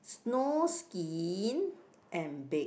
snowskin and and baked